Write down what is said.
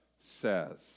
says